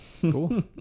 Cool